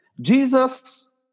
Jesus